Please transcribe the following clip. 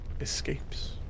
escapes